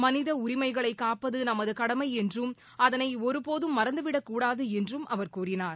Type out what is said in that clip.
மனித உரிமைகளை காப்பது நமது கடமை என்றும் அதனை ஒருபோதும் மறந்துவிடக்கூடாது என்றும் அவர் கூறினார்